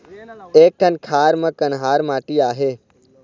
एक ठन खार म कन्हार माटी आहे?